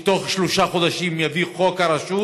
שבתוך שלושה חודשים יביא את חוק הרשות.